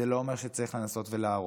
זה לא אומר שצריך לנסות ולהרוס.